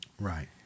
Right